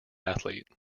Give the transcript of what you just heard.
athlete